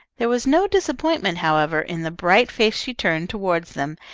there was no disappointment, however, in the bright face she turned toward them,